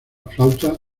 flauta